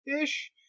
ish